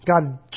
god